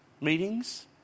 meetings